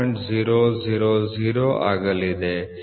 000 ಆಗಲಿದೆ